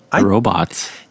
robots